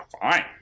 fine